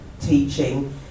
teaching